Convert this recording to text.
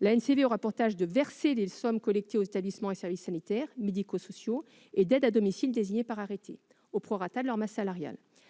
L'ANCV aura pour tâche de verser les sommes collectées aux établissements et services sanitaires, médico-sociaux et d'aide à domicile désignés par arrêté, au prorata de leur masse salariale.